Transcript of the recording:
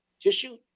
tissue